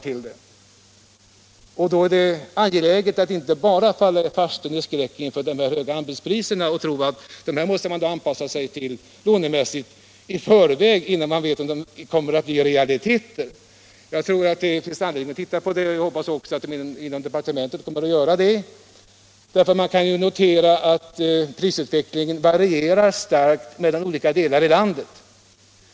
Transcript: Det är med hänsyn till detta angeläget att inte omedelbart falla i farstun i skräck för dessa höga anbudspriser och tro, att man lånemässigt i förväg måste anpassa sig till dem, innan man vet om de kommer att realiseras. Jag tror att det finns anledning att studera detta, och jag hoppas också att man inom departementet kommer att göra det. Vi kan nämligen notera att prisutvecklingen varierar starkt mellan olika delar av landet.